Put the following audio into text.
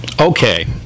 Okay